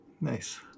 Nice